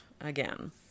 again